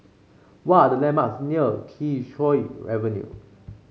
what are the landmarks near Kee Choe Avenue